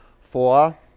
Four